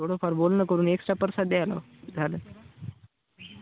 थोडं फार बोलणं करून एक्स्ट्रा प्रसाद द्यायला लाव